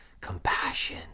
compassion